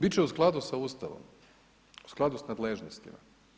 Bit će u skladu sa Ustavom, u skladu sa nadležnostima.